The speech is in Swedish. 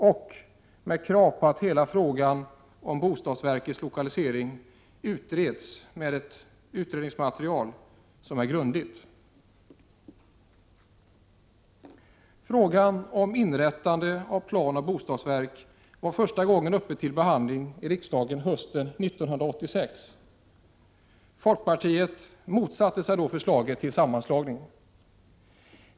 Jag kräver att hela frågan om bostadsverkets lokalisering utreds med hjälp av ett grundligt utredningsmaterial. Frågan om inrättande av planoch bostadsverket var första gången uppe till behandling i riksdagen hösten 1986. Folkpartiet motsatte sig då förslaget till sammanslagning.